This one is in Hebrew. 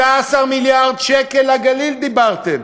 15 מיליארד שקל לגליל דיברתם.